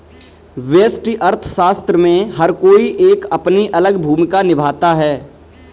व्यष्टि अर्थशास्त्र में हर कोई एक अपनी अलग भूमिका निभाता है